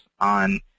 on